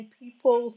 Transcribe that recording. people